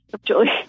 Julie